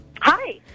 Hi